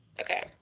Okay